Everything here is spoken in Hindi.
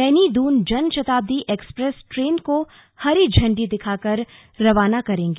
नैनी दून जनशताब्दी एक्सप्रेस ट्रेन को हरी झंडी दिखाकर रवाना करेंगे